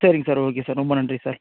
சரிங்க sir okay sir ரொம்ப நன்றி சார்